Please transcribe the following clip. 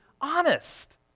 honest